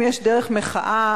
אם יש דרך מחאה,